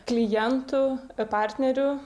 klientų partnerių